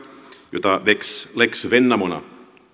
jota lex lex vennamona